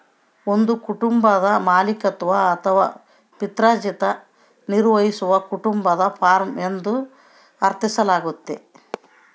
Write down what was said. ಒಂದು ಕುಟುಂಬದ ಮಾಲೀಕತ್ವದ ಅಥವಾ ಪಿತ್ರಾರ್ಜಿತ ನಿರ್ವಹಿಸುವ ಕುಟುಂಬದ ಫಾರ್ಮ ಎಂದು ಅರ್ಥೈಸಲಾಗ್ತತೆ